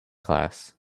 class